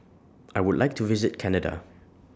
I Would like to visit Canada